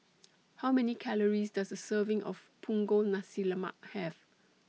How Many Calories Does A Serving of Punggol Nasi Lemak Have